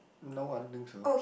no I don't think so